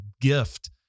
gift